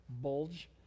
Bulge